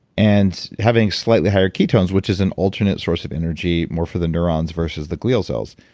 and having slightly higher ketones, which is an alternate source of energy more for the neurons versus the glial cells,